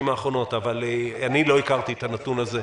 האחרונות אבל אני לא הכרתי את הנתון הזה.